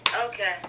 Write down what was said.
Okay